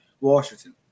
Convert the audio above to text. Washington